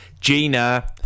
Gina